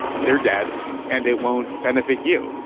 you're dead and it won't benefit you.